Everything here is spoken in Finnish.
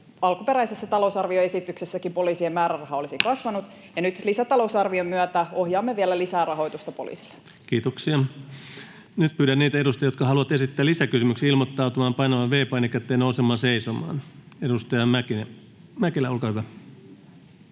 Alkuperäisessä talousarvioesityksessäkin poliisien määräraha olisi kasvanut, ja nyt lisätalousarvion myötä ohjaamme vielä lisää rahoitusta poliisille. Kiitoksia. — Nyt pyydän niitä edustajia, jotka haluavat esittää lisäkysymyksiä, ilmoittautumaan painamalla V-painiketta ja nousemalla seisomaan. — Edustaja Mäkelä, olkaa hyvä.